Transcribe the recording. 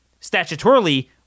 statutorily